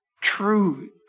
true